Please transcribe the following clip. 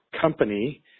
company